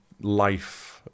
life